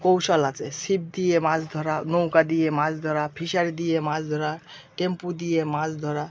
কৌশল আছে ছিপ দিয়ে মাছ ধরা নৌকা দিয়ে মাছ ধরা ফিশারি দিয়ে মাছ ধরা টেম্পু দিয়ে মাছ ধরা